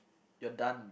you're done